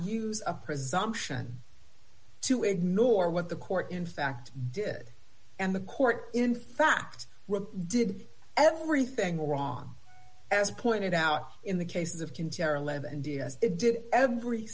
use a presumption to ignore what the court in fact did and the court in fact were did everything wrong as pointed out in the cases of